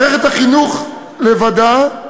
מערכת החינוך לבדה,